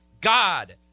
God